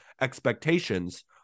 expectations